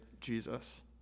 Jesus